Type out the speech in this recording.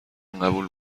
قبول